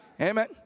Amen